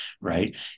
right